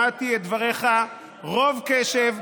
שמעתי את דבריך ברוב קשב,